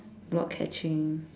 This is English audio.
block catching